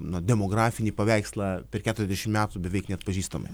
na demografinį paveikslą per keturiasdešim metų beveik neatpažįstamai